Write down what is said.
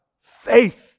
Faith